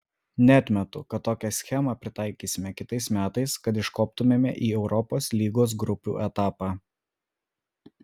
neatmetu kad tokią schemą pritaikysime kitais metais kad iškoptumėme į europos lygos grupių etapą